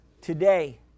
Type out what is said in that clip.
Today